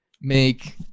make